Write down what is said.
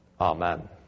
Amen